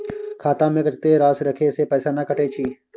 खाता में कत्ते राशि रखे से पैसा ने कटै छै?